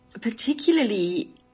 Particularly